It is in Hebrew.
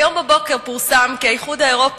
היום בבוקר פורסם כי האיחוד האירופי